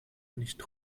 nicht